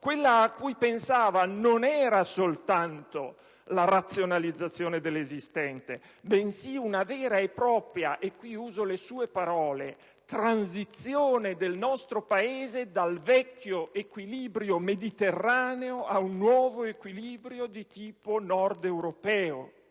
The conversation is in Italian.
quella a cui pensava non era soltanto la razionalizzazione dell'esistente, bensì una vera e propria - uso le sue parole - transizione del nostro Paese dal vecchio equilibrio mediterraneo a un nuovo equilibrio di tipo nord-europeo.